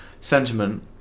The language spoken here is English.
sentiment